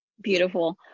Beautiful